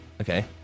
Okay